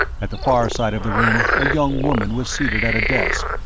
at the far side of the room, a young woman was seated at a desk,